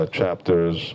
chapters